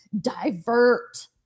divert